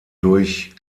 durch